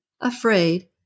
afraid